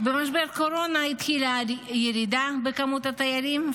במשבר הקורונה התחילה ירידה במספר התיירים,